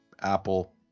Apple